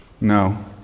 No